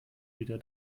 wieder